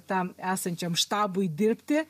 tam esančiam štabui dirbti